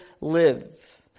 live